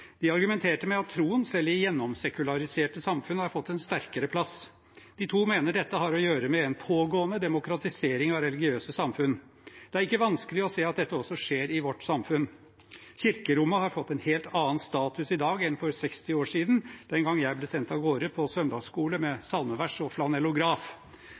De argumenterte med at troen, selv i gjennomsekulariserte samfunn, har fått en sterkere plass. De to mener dette har å gjøre med en pågående demokratisering av religiøse samfunn. Det er ikke vanskelig å se at dette også skjer i vårt samfunn. Kirkerommet har fått en helt annen status i dag enn for 60 år siden, den gang jeg ble sendt av gårde på søndagsskole med salmevers og